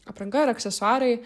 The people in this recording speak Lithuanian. apranga ir aksesuarai